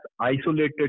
isolated